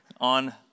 On